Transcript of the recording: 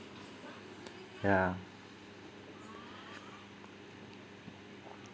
yeah